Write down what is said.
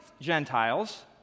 Gentiles